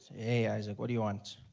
hey isaac what do you want?